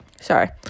Sorry